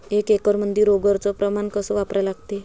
एक एकरमंदी रोगर च प्रमान कस वापरा लागते?